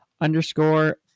underscore